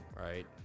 right